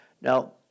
Now